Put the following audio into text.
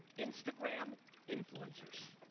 instagram influencers.